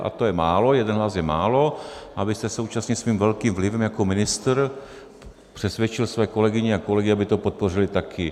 A to je málo, jeden hlas je málo, abyste současně svým velkým vlivem jako ministr přesvědčil své kolegyně a kolegy, aby to podpořili taky.